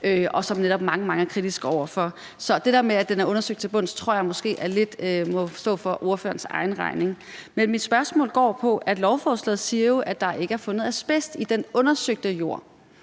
som mange netop er kritiske over for. Så det med, at det er undersøgt til bunds, tror jeg måske lidt må stå for ordførerens egen regning. Lovforslaget siger, at der ikke er fundet asbest i den undersøgte jord.